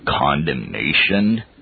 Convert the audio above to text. condemnation